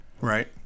Right